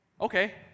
okay